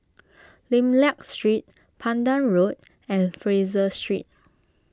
Lim Liak Street Pandan Road and Fraser Street